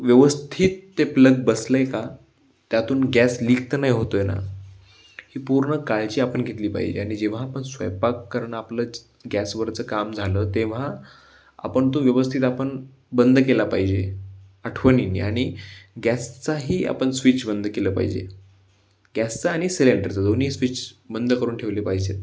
व्यवस्थित ते प्लग बसलं आहे का त्यातून गॅस लिक तर नाही होतो आहे ना ही पूर्ण काळजी आपण घेतली पाहिजे आणि जेव्हा आपण स्वयंपाक करणं आपलं गॅसवरचं काम झालं तेव्हा आपण तो व्यवस्थित आपण बंद केला पाहिजे आठवणीने आणि गॅसचाही आपण स्विच बंद केलं पाहिजे गॅसचा आणि सिलेंडरचा दोन्ही स्विच बंद करून ठेवले पाहिजेत